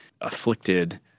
afflicted